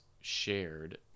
shared